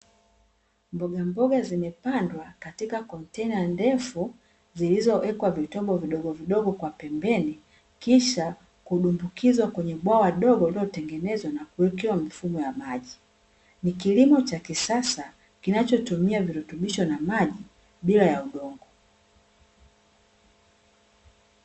Mbogamboga zimepandwa katika kontena ndefu zilizowekwa vitobo vidogovidogo kwa pembeni, kisha kudumbukizwa kwenye bwawa dogo lililotengenezwa na kuwekewa mifumo ya maji. Ni kilimo cha kisasa kinachotumia virutubisho na maji bila ya udongo.